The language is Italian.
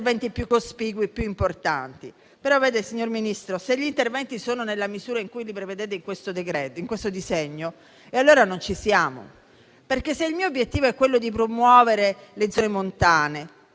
interventi più cospicui e più importanti. Però, vede, signor Ministro, se gli interventi sono nella misura in cui li prevedete in questo disegno di legge, allora non ci siamo, perché se il mio obiettivo è quello di promuovere le zone montane,